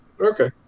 Okay